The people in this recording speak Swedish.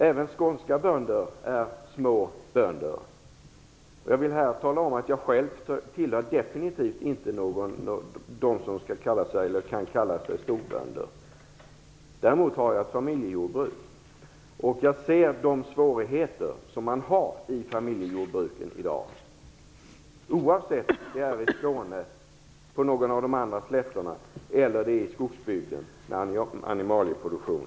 Även skånska bönder kan vara små bönder. Jag själv tillhör definitivt inte dem som kan kalla sig storbönder. Däremot har jag ett familjejordbruk, och jag ser de svårigheter som man har i familjejordbruken i dag, oavsett om de finns i Skåne, i någon av de andra slättbygderna eller i skogsbygden med animalieproduktion.